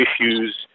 issues